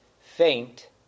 faint